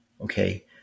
Okay